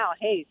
hey